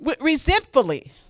resentfully